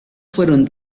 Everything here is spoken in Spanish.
fueron